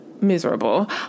miserable